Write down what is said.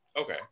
Okay